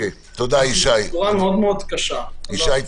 ה -- -היא מאוד מאוד קשה.